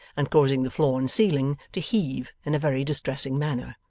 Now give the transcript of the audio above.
and causing the floor and ceiling to heave in a very distressing manner.